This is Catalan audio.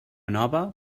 nova